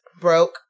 Broke